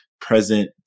present